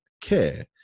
care